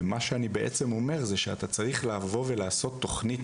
ומה שאני בעצם אומר זה שאתה צריך לבוא ולעשות תוכנית